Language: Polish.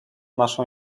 naszą